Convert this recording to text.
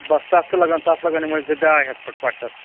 بَس تَتھ تہِ لَگَن تَتھ لَگَن یِمٕے زٕ ڈاے ہَتھ فُٹہٕ پَشَس